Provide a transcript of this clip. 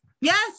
Yes